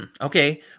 okay